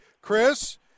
Chris